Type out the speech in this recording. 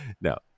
No